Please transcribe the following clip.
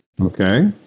Okay